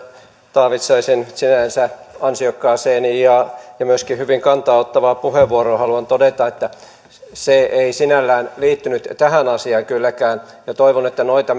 taavitsaisen sinänsä ansiokkaaseen ja myöskin hyvin kantaaottavaan puheenvuoroon haluan todeta että se ei sinällään liittynyt tähän asiaan kylläkään ja toivon että noita